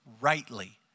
rightly